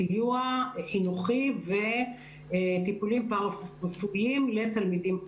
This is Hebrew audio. סיוע חינוכי וטיפולים פרא רפואיים לתלמידים חולים.